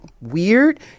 weird